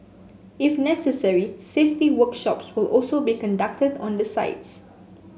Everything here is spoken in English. if necessary safety workshops will also be conducted on the sites